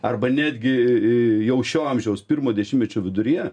arba netgi jau šio amžiaus pirmo dešimtmečio viduryje